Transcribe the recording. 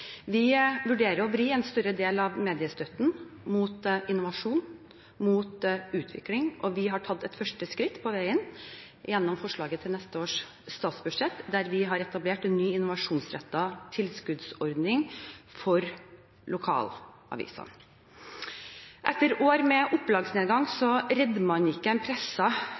Vi vurderer å vri en større del av mediestøtten mot innovasjon, mot utvikling, og vi har tatt et første skritt på veien gjennom forslaget til neste års statsbudsjett, der vi har etablert en ny innovasjonsrettet tilskuddsordning for lokalavisene. Etter år med opplagsnedgang redder man ikke en